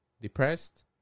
depressed